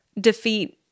defeat